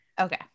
Okay